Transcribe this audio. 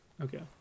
Okay